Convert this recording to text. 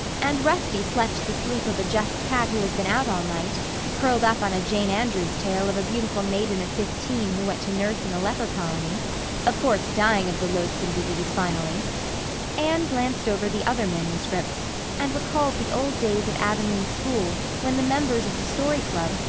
and rusty slept the sleep of a just cat who has been out all night curled up on a jane andrews tale of a beautiful maiden of fifteen who went to nurse in a leper colony of course dying of the loathsome disease finally anne glanced over the other manuscripts and recalled the old days at avonlea school when the members of the story club,